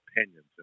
opinions